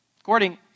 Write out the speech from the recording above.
According